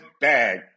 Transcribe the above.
bag